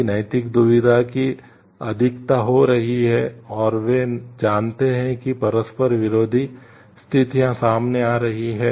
यदि नैतिक दुविधा की अधिकता हो रही है और वे जानते हैं कि परस्पर विरोधी स्थितियां सामने आ रही हैं